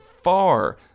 Far